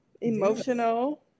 Emotional